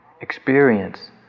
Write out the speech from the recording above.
experience